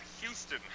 houston